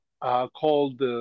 called